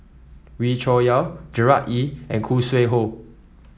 Wee Cho Yaw Gerard Ee and Khoo Sui Hoe